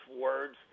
words